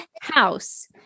house